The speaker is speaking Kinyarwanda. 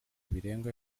birenga